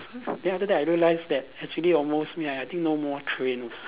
then after that I realise that actually almost midnight I think no more train also